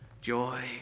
joy